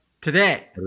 Today